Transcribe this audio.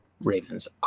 Ravens